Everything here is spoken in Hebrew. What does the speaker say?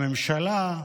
בממשלה.